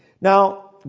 Now